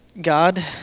God